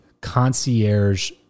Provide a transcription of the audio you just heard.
concierge